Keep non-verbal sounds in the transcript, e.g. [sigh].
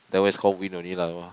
that one is call wind only lah [noise]